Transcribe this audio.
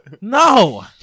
No